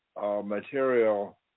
material